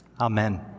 Amen